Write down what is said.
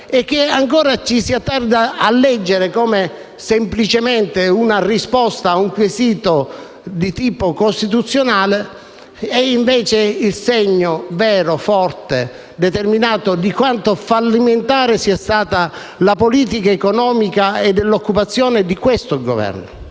e che ancora ci si attarda a leggere semplicemente come la risposta a un quesito di tipo costituzionale, è invece il segno vero, forte e determinato di quanto fallimentare sia stata la politica economica e dell'occupazione di questo Governo.